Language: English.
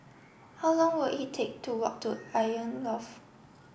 how long will it take to walk to Icon Loft